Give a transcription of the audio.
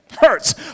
hurts